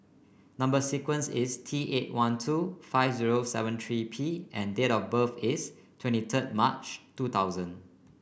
number sequence is T eight one two five zero seven three P and date of birth is twenty third March two thousand